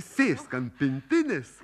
sėsk ant pintinės